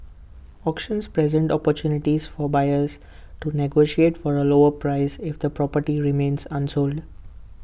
auctions present opportunities for buyers to negotiate for A lower price if the property remains unsold